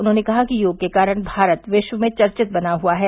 उन्होंने कहा कि योग के कारण भारत विश्व में चर्चित बना हुआ है